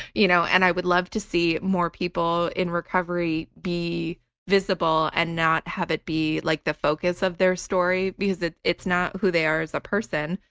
you know and i would love to see more people in recovery be visible and not have it be like the focus of their story because it's not who they are as a person,